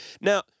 Now